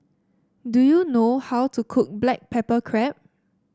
do you know how to cook Black Pepper Crab